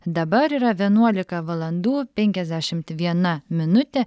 dabar yra vienuolika valandų penkiasdešimt viena minutė